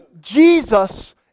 Jesus